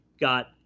got